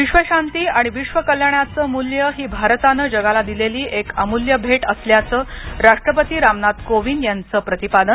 विश्वशांती आणि विश्वकल्याणाचं मूल्य ही भारतानं जगाला दिलेली एक अमूल्य भेट असल्याचं राष्ट्रपती रामनाथ कोविंद यांचं प्रतिपादन